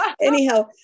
Anyhow